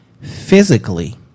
physically